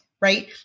right